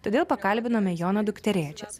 todėl pakalbinome jono dukterėčias